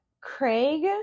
Craig